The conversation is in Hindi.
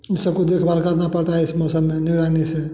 उस सबको देखभाल करना पड़ता है इस मौसम में निगरानी से